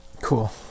Cool